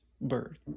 bird